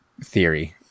theory